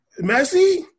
Messi